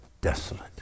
desolate